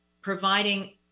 providing